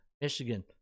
Michigan